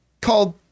called